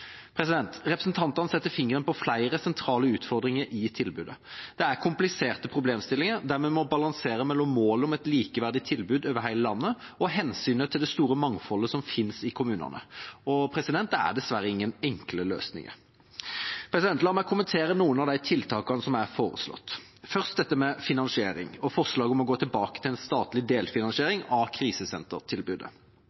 Representantene setter fingeren på flere sentrale utfordringer i tilbudet. Det er kompliserte problemstillinger der vi må balansere mellom målet om et likeverdig tilbud i hele landet og hensynet til det store mangfoldet som finnes i kommunene. Det er dessverre ingen enkle løsninger. La meg kommentere noen av de tiltakene som er foreslått. Først til dette med finansiering og forslaget om å gå tilbake til en statlig